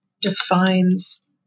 defines